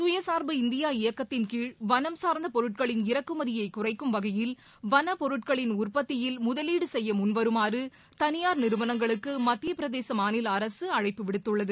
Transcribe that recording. சுயசார்பு இந்தியா இயக்கத்தின் கீழ் வனம் சார்ந்த பொருட்களின் இறக்குமதியை குறைக்கும் வகையில் வள பொருட்களின் உற்பத்தியில் முதலீடு செப்ய முன்வருமாறு தனியார் நிறுவனங்களுக்கு மத்திய பிரதேச மாநில அரசு அழைப்பு விடுத்துள்ளது